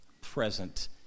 present